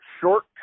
short